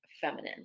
feminine